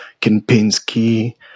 Kempinski